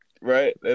right